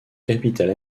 capitale